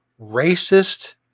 Racist